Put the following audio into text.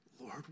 Lord